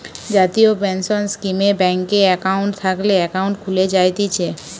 জাতীয় পেনসন স্কীমে ব্যাংকে একাউন্ট থাকলে একাউন্ট খুলে জায়তিছে